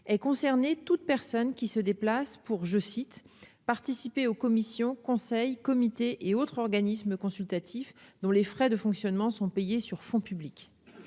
et concerner toute personne qui se déplace pour, je cite, participer aux commissions conseils comités et autres organismes consultatifs dont les frais de fonctionnement sont payés sur fonds publics,